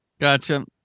Gotcha